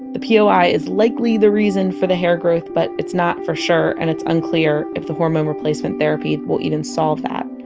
the poi ah is likely the reason for the hair growth, but it's not for sure and it's unclear if hormone replacement therapy will even solve that.